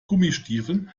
gummistiefeln